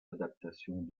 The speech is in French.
adaptations